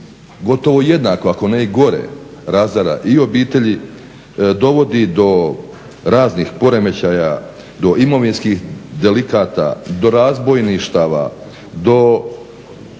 gotovo jednako ako ne i gore razara i obitelji, dovodi do raznih poremećaja, do imovinskih delikata, do razbojništava, do